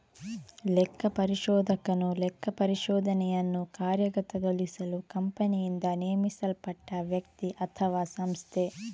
ಲೆಕ್ಕಪರಿಶೋಧಕನು ಲೆಕ್ಕಪರಿಶೋಧನೆಯನ್ನು ಕಾರ್ಯಗತಗೊಳಿಸಲು ಕಂಪನಿಯಿಂದ ನೇಮಿಸಲ್ಪಟ್ಟ ವ್ಯಕ್ತಿ ಅಥವಾಸಂಸ್ಥೆ